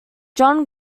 john